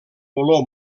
olor